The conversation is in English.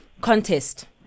contest